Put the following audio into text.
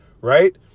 right